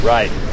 Right